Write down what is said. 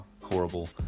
horrible